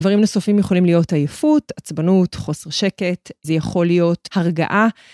דברים נוספים יכולים להיות עייפות, עצבנות, חוסר שקט, זה יכול להיות הרגעה.